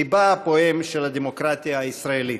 ליבה הפועם של הדמוקרטיה הישראלית.